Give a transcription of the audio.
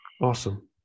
awesome